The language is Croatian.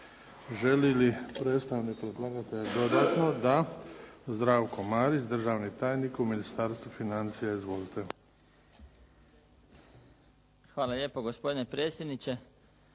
Želi li predstavnik predlagatelja dodatno? Da. Zdravko Marić, državni tajnik u Ministarstvu financija. Izvolite. **Marić, Zdravko** Hvala lijepo, gospodine predsjedniče.